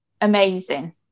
amazing